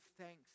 thanks